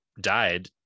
died